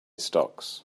stocks